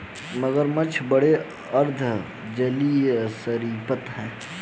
मगरमच्छ बड़े अर्ध जलीय सरीसृप हैं